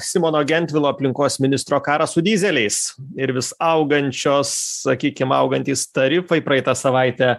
simono gentvilo aplinkos ministro karas su dyzeliais ir vis augančios sakykim augantys tarifai praeitą savaitę